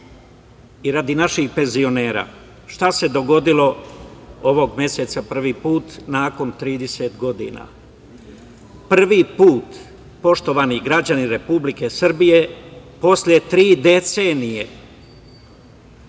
i radi naših penzionera, šta se dogodilo ovog meseca prvi put, a nakon 30 godina. Prvi put, poštovani građani Republike Srbije, posle tri decenije,